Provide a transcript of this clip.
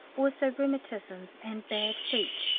also rheumatisms and bad feet,